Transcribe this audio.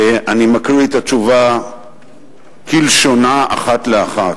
ואני מקריא את התשובה כלשונה, אחת לאחת.